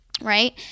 right